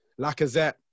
Lacazette